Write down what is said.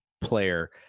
player